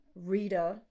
Rita